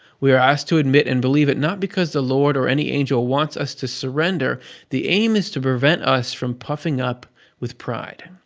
we are asked to admit and believe it not because the lord or any angel wants us to surrender the aim is to prevent us from puffing up with pride.